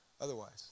otherwise